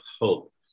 hope